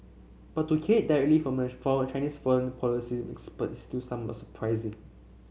but to hear it directly from a Chinese foreign policy expert is still somewhat surprising